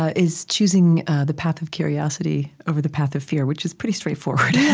ah is choosing the path of curiosity over the path of fear, which is pretty straightforward.